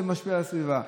זה משפיע על הסביבה.